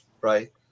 right